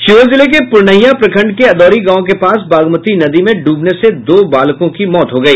शिवहर जिले के पुरनहिया प्रखंड के अदौरी गांव के पास बागमती नदी में डूबने से दो बालक की मौत हो गई